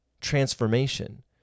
transformation